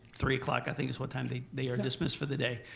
three o'clock i think is what time they they are dismissed for the day.